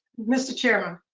mr. chairman?